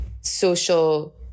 social